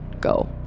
go